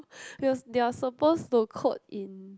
they was they are suppose to code in